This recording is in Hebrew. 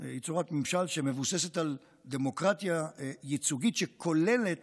היא צורת ממשל שמבוססת על דמוקרטיה ייצוגית שכוללת